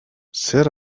zer